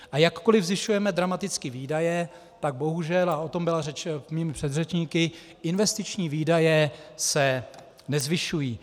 A jakkoli zvyšujeme dramaticky výdaje, tak bohužel, a o tom byla řeč mými předřečníky, investiční výdaje se nezvyšují.